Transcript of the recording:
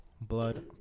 blood